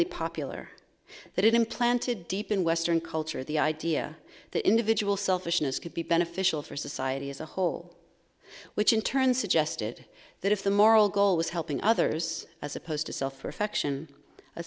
lee popular that it implanted deep in western culture the idea that individual selfishness could be beneficial for society as a whole which in turn suggested that if the moral goal was helping others as opposed to self or affection a